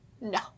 No